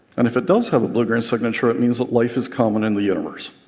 and if it does have a blue-green signature, it means that life is common in the universe.